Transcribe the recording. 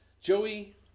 Joey